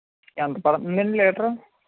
ఎంత పడుతుందండి లీటరు